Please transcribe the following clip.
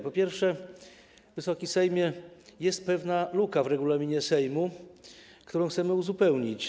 Po pierwsze, Wysoki Sejmie, jest pewna luka w regulaminie Sejmu, którą chcemy uzupełnić.